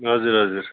हजुर हजुर